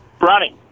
Running